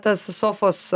tas sofos